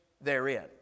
therein